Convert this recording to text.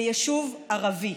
ביישוב ערבי.